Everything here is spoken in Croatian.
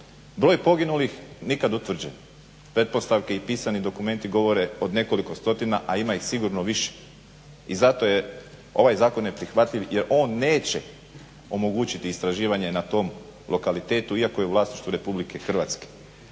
Broj poginulih nikad utvrđen, pretpostavke i pisani dokumenti govore o nekoliko stotina, a ima ih sigurno više. I zato je ovaj zakon neprihvatljiv jer on neće omogućiti istraživanje na tom lokalitetu iako je u vlasništvu RH.